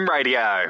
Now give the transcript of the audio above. Radio